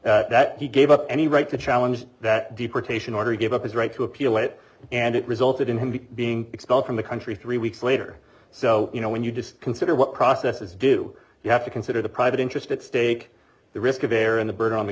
removal that he gave up any right to challenge that deportation order he gave up his right to appeal it and it resulted in him being expelled from the country three weeks later so you know when you just consider what processes do you have to consider the private interest at stake the risk of error in the burden on the